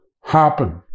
happen